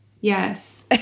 Yes